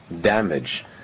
damage